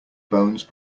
bones